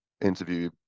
interview